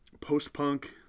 post-punk